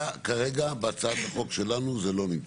כרגע בהצעת החוק שלנו זה לא נמצא.